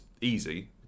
easy